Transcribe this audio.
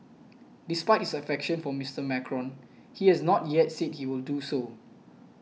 despite his affection for Mister Macron he has not yet said he will do so